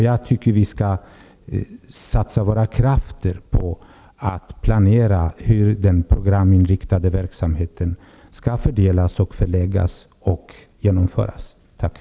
Jag tycker att vi skall satsa våra krafter på att planera hur den programinriktade verksamheten skall fördelas, förläggas och genomföras. Tack.